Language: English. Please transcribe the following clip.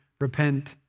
repent